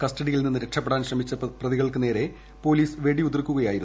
കസ്റ്റഡിയിൽ നിന്ന് രക്ഷപ്പെടാൻ ശ്രമിച്ച പ്രതികൾക്ക് നേരെ പോലീസ് വെടിയുതിർക്കുകയായിരുന്നു